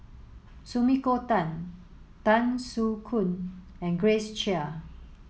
Sumiko Tan Tan Soo Khoon and Grace Chia